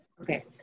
okay